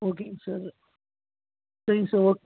ஓகேங்க சார் சரிங்க சார் ஓ